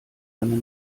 eine